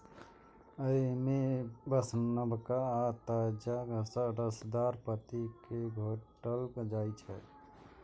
अय मे बस नवका आ ताजा रसदार पत्ती कें खोंटल जाइ छै